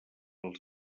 als